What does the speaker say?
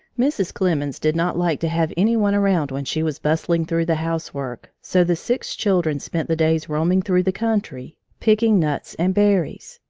mrs. clemens did not like to have any one around when she was bustling through the housework, so the six children spent the days roaming through the country, picking nuts and berries.